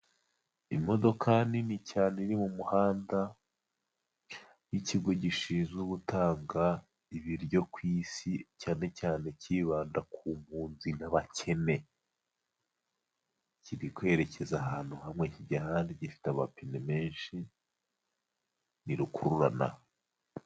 Imodoka nini cyane iri mu muhanda, w'ikigo gishinzwe gutanga ibiryo ku isi, cyane cyane kibanda ku mpunzi n'abakene. Kiri kwerekeza ahantu hamwe kijya ahandi gifite amapine menshi, ni rukururana.